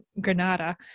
Granada